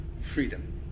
freedom